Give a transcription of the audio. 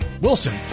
Wilson